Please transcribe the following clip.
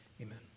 Amen